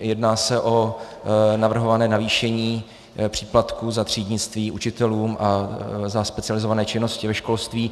Jedná se o navrhované navýšení příplatku za třídnictví učitelům a za specializované činnosti ve školství.